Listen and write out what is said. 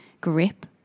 grip